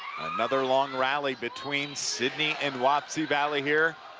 another long rally between sidney and wapsie valley here,